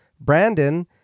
Brandon